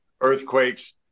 earthquakes